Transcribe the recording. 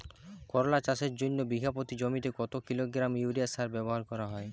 করলা চাষের জন্য প্রতি বিঘা জমিতে কত কিলোগ্রাম ইউরিয়া সার ব্যবহার করা হয়?